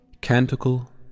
Canticle